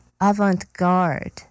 avant-garde